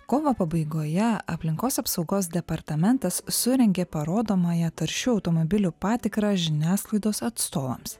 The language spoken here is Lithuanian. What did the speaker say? kovo pabaigoje aplinkos apsaugos departamentas surengė parodomąją taršių automobilių patikrą žiniasklaidos atstovams